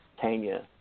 Tanya